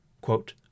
quote